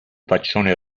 faccione